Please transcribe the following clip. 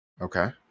Okay